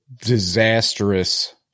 disastrous